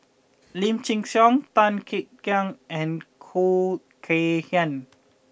Lim Chin Siong Tan Kek Hiang and Khoo Kay Hian